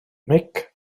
mhic